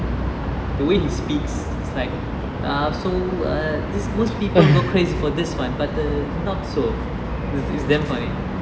the way he speaks is like err so err this most people go crazy for this one but the not so is damn funny